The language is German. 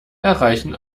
erreichen